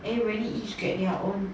then maybe each get their own